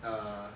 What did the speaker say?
uh